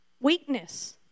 Weakness